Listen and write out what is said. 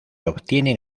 obtienen